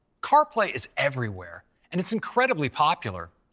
carplay is everywhere, and it's incredibly popular.